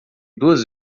duas